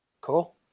Cool